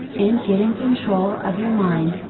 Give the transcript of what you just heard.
in getting control of your mind,